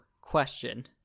question